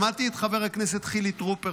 לא מזמן שמעתי את חבר הכנסת חילי טרופר